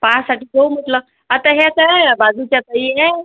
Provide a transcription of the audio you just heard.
pass साठी कोण म्हटलं आता हे असं आहे बाजूच्या ताई आहे